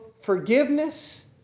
forgiveness